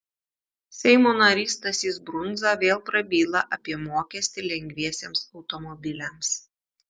seimo narys stasys brundza vėl prabyla apie mokestį lengviesiems automobiliams